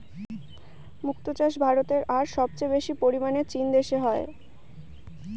মক্তো চাষ ভারতে আর সবচেয়ে বেশি পরিমানে চীন দেশে হয়